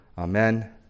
Amen